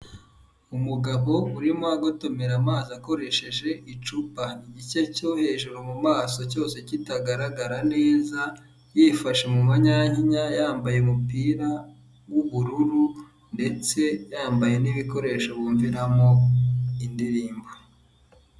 Umugabo urimo agotomira amazi akoresheje icupa. Igice cyo hejuru mu maso cyose kitagaragara neza, yifashe mu manyankinya, yambaye umupira w'ubururu, ndetse yambaye n'ibikoresho bumviramo indirimbo.